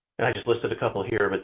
and i just listed a couple here. but